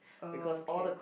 uh okay